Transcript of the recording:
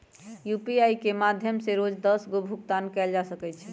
UPI के माध्यम से रोज दस गो भुगतान कयल जा सकइ छइ